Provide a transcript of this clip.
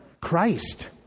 Christ